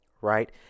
right